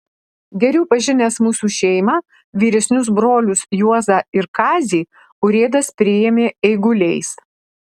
geriau pažinęs mūsų šeimą vyresnius brolius juozą ir kazį urėdas priėmė eiguliais